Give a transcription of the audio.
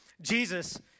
Jesus